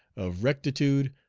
of rectitude,